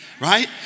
Right